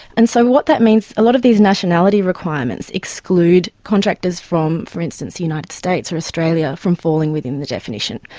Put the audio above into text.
and so what that means, a lot of these nationality requirements exclude contractors from, for instance, the united states or australia from falling within the definition.